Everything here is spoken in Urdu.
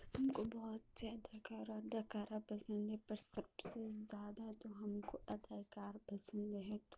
ہم کو بہت سے اداکارہ اداکارہ پسند ہیں پر سب سے زیادہ جو ہم کو اداکار پسند ہے